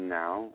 now